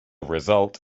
result